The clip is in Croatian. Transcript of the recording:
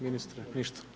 Ministre, ništa?